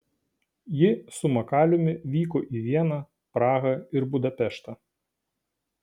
ji su makaliumi vyko į vieną prahą ir budapeštą